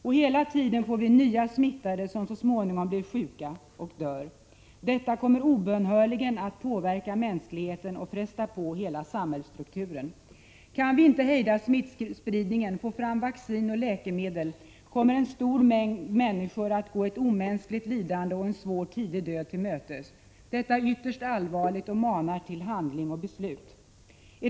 Och hela tiden får vi nya smittade som så småningom blir sjuka och dör. Detta kommer obönhörligen att påverka mänskligheten och fresta på hela samhällsstrukturen. Om vi inte kan hejda smittspridningen och få fram vaccin och läkemedel kommer en stor mängd människor att gå ett omänskligt lidande och en svår tidig död till mötes. Detta är ytterst allvarligt och manar till handling och beslut.